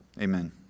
Amen